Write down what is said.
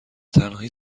تنهایی